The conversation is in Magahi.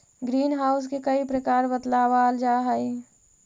ग्रीन हाउस के कई प्रकार बतलावाल जा हई